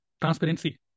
transparency